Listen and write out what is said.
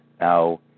Now